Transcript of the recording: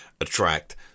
attract